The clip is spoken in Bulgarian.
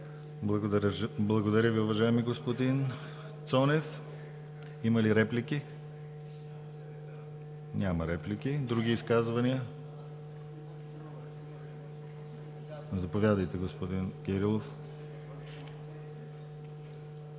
Благодаря Ви, уважаеми господин Цонев. Има ли реплики? Няма реплики. Други изказвания? Заповядайте, господин Кирилов.